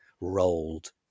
rolled